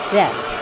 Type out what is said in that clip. death